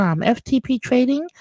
FTPtrading